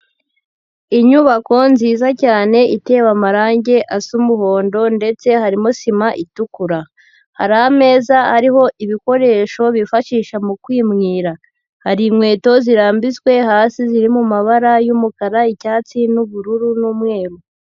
Inyubako nziza cyane itewe amarange asa umuhondo ndetse harimo sima itukura, hari ameza ariho ibikoresho bifashisha mu kwimwira, hari inkweto zirambitswe hasi, ziri mu mabara y'umukara, icyatsi n'ubururu n'umweru.